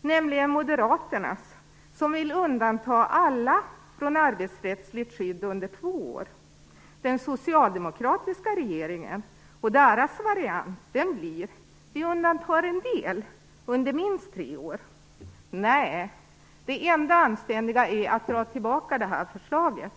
nämligen Moderaternas förslag om att undanta alla från arbetsrättsligt skydd under två år. Den socialdemokratiska regeringen och dess variant blir: Vi undantar en del under minst tre år. Nej! Det enda anständiga är att dra tillbaka det här förslaget.